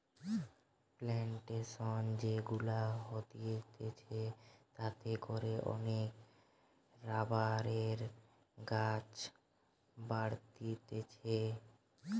plantation যে গুলা হতিছে তাতে করে অনেক রাবারের গাছ বাড়তিছে